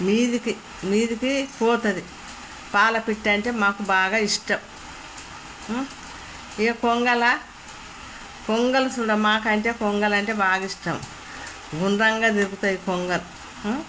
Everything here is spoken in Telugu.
మీదకి మీదకి పోతుంది పాలపిట్ట అంటే మాకు బాగా ఇష్టం ఇంక కొంగలా కొంగలు చూడ మాకంటే కొంగలంటే బాగా ఇష్టం గుండ్రంగా తిరుగుతాయి కొంగలు